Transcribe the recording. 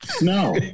No